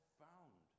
found